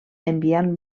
enviant